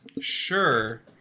sure